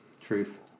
Truth